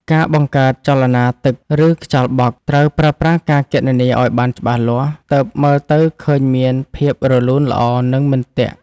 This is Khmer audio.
ការបង្កើតចលនាទឹក ឬខ្យល់បក់ត្រូវប្រើប្រាស់ការគណនាឱ្យបានច្បាស់លាស់ ទើបមើលទៅឃើញមានភាពរលូនល្អនិងមិនទាក់។